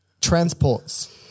Transports